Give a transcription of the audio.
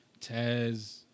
Taz